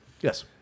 Yes